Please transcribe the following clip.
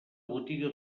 botiga